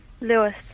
Lewis